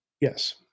Yes